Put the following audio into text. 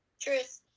Truth